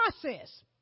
process